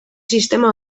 sistema